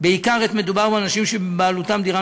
בעיקר עת מדובר באנשים שבבעלותם דירה